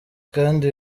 kandi